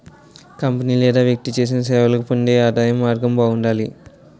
company లేదా వ్యక్తి చేసిన సేవలకు పొందే ఆదాయం మార్గం బాగుండాలి